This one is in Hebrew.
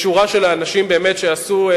לשורה של אנשים שעשו,